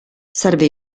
serve